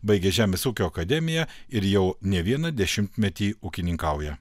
baigė žemės ūkio akademiją ir jau ne vieną dešimtmetį ūkininkauja